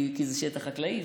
כי זה שטח חקלאי,